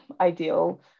ideal